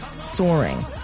soaring